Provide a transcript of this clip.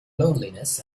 loneliness